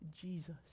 Jesus